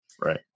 Right